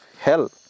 hell